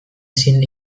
ezin